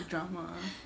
drama